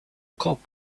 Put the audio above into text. cop